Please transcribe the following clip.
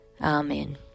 Amen